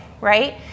right